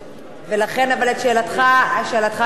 אבל שאלתך נשמעה,